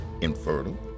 infertile